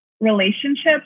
relationships